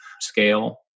scale